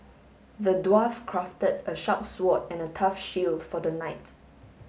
the dwarf crafted a sharp sword and a tough shield for the knight